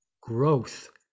Growth